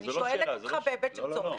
אני שואלת אותך בהיבט של צורך.